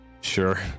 Sure